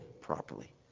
properly